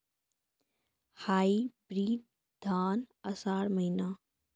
Hybrid धान आषाढ़ महीना?